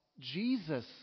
Jesus